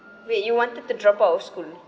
wait you wanted to drop out of school